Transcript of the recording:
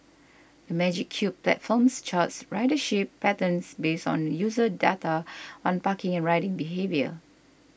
the Magic Cube platforms charts ridership patterns based on user data on parking and riding behaviour